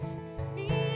See